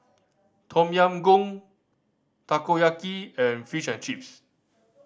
Tom Yam Goong Takoyaki and Fish and Chips